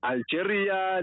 Algeria